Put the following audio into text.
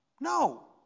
No